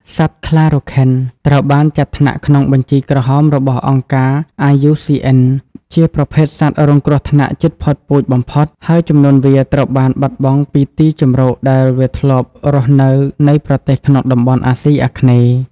សត្វខ្លារខិនត្រូវបានចាត់ថ្នាក់ក្នុងបញ្ជីក្រហមរបស់អង្គការ IUCN ជាប្រភេទសត្វរងគ្រោះថ្នាក់ជិតផុតពូជបំផុត ហើយចំនួនវាត្រូវបានបាត់បង់ពីទីជម្រកដែលវាធ្លាប់រស់នៅនៃប្រទេសក្នុងតំបន់អាស៊ីអាគ្នេយ៍។